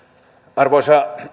arvoisa